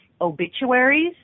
obituaries